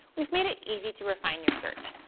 we've made it easy to refine your search.